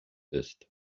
ist